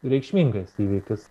reikšmingas įvykis